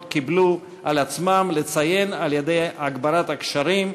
קיבלו על עצמן לציין בהגברת הקשרים,